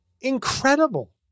Incredible